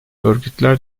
örgütler